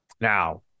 now